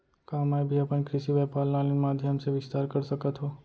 का मैं भी अपन कृषि व्यापार ल ऑनलाइन माधयम से विस्तार कर सकत हो?